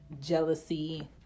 jealousy